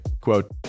quote